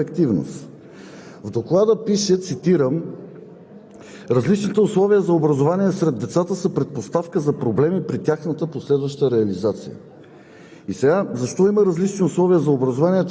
Както стана ясно, пари по повечето програми, или по всичките, има, но въпросът е как са разходвани и каква е тяхната ефективност? В Доклада пише, цитирам: